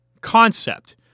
concept